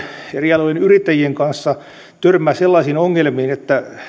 eri alojen yrittäjien kanssa törmää sellaisiin ongelmiin että ei ole